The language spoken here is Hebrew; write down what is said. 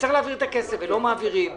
שצריך להעביר את הכסף ולא מעבירים אותו.